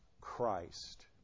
Christ